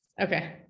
Okay